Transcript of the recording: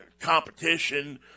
competition